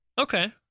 Okay